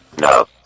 no